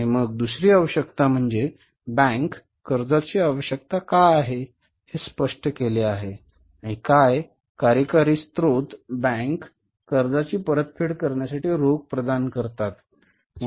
आणि मग दुसरी आवश्यकता म्हणजे बँक कर्जाची आवश्यकता का आहे हे स्पष्ट केले आहे आणि काय कार्यकारी स्त्रोत बँक कर्जाची परतफेड करण्यासाठी रोख प्रदान करतात बरोबर